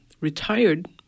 retired